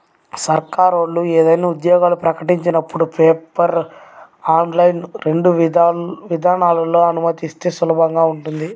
సర్కారోళ్ళు ఏదైనా ఉద్యోగాలు ప్రకటించినపుడు పేపర్, ఆన్లైన్ రెండు విధానాలనూ అనుమతిస్తే సులభంగా ఉంటది